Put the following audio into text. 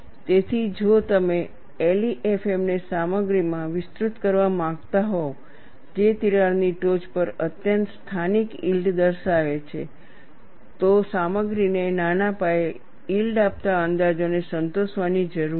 તેથી જો તમે LEFM ને સામગ્રીમાં વિસ્તૃત કરવા માંગતા હોવ જે તિરાડની ટોચ પર અત્યંત સ્થાનિક યીલ્ડ દર્શાવે છે તો સામગ્રીને નાના પાયે યીલ્ડ આપતા અંદાજોને સંતોષવાની જરૂર છે